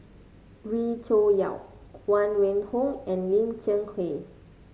Wee Cho Yaw Huang Wenhong and Lim Cheng Hoe